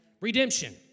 Redemption